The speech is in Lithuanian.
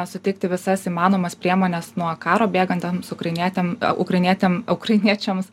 suteikti visas įmanomas priemones nuo karo bėgantiems ukrainietėm ukrainietėm ukrainiečiams